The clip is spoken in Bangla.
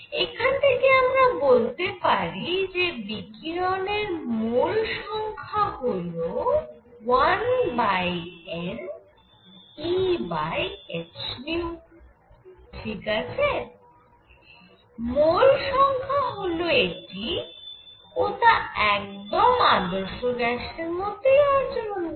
এখান থেকে আমরা বলতে পারি যে বিকিরণের মোল সংখ্যা হল 1NEhν ঠিক আছে মোল সংখ্যা হল এটি ও তা একদম আদর্শ গ্যাসের মতই আচরণ করে